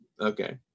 okay